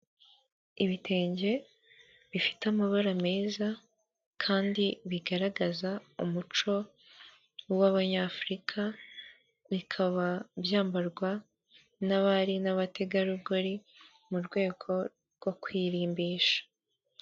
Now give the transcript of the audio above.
Ibitenge bifite amabara meza kandi bigaragaza umuco w'abanyafurika, bikaba byambarwa n'abari n'abategarugori, mu rwego rwo kwirimbisha.